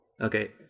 Okay